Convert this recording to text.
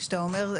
כשאתה אומר,